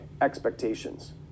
expectations